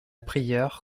prieure